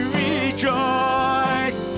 rejoice